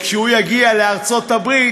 כשהוא יגיע לארצות-הברית,